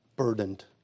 burdened